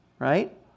Right